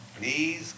Please